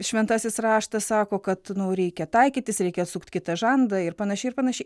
šventasis raštas sako kad nu reikia taikytis reikia atsukt kitą žandą ir panašiai ir panašiai